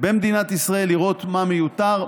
במדינת ישראל לראות מה מיותר,